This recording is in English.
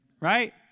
right